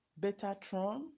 Betatron